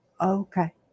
Okay